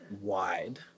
wide